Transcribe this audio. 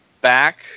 back